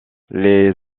les